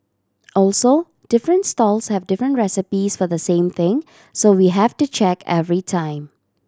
also different stalls have different recipes for the same thing so we have to check every time